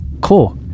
cool